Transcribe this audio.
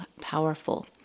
powerful